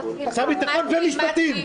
שר ביטחון ומשפטים.